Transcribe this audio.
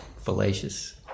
fallacious